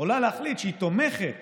יכולה להחליט שהיא תומכת